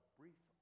brief